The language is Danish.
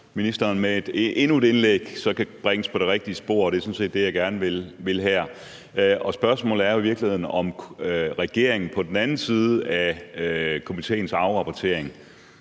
ministeren med endnu et indlæg så kan bringes på det rigtige spor, og det er sådan set det, jeg gerne vil her. Spørgsmålet er jo i virkeligheden, om regeringen på den anden side af komitéens afrapportering